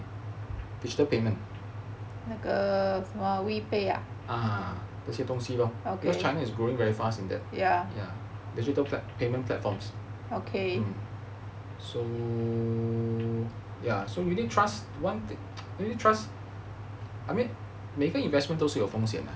digital payment ah 那些东西 lor because china is growing very fast in that digital payment platforms mm so ya unit trust one thing unit trust I mean 每个 investment 都是有风险 lah